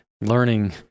learning